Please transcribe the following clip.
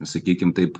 sakykim taip